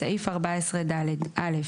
סעיף 14ד - (א)